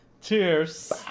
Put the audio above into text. Cheers